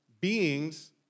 beings